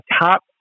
top